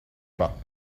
pas